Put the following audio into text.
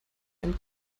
einen